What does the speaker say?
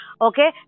okay